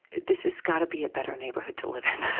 this has got to be a better neighborhood to live in.